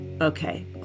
Okay